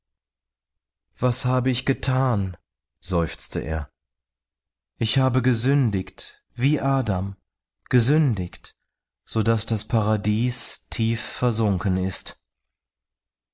was habe ich gethan seufzte er ich habe gesündigt wie adam gesündigt sodaß das paradies tief versunken ist